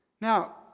Now